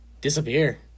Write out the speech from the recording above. disappear